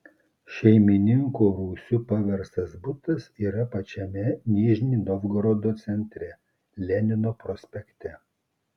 šeimininko rūsiu paverstas butas yra pačiame nižnij novgorodo centre lenino prospekte